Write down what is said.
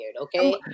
Okay